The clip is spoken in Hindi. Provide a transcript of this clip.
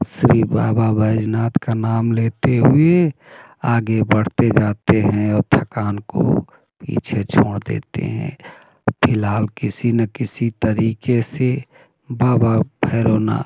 श्री बाबा बैजनाथ का नाम लेते हुए आगे बढ़ते जाते हैं और थकान को पीछे छोड़ देते हैं फ़िलहाल किसी ना किसी तरीके से बाबा भैरोनाथ